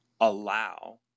allow